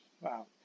Wow